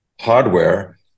hardware